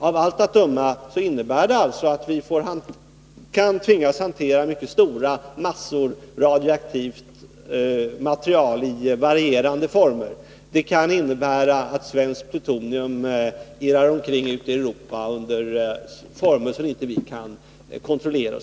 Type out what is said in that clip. Av allt att döma innebär det att vi kan tvingas hantera mycket stora mängder radioaktivt material i varierande former. Det kan bl.a. innebära att svenskt plutonium forslas omkring ute i Europa under former som vi inte kan kontrollera.